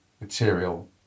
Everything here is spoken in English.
material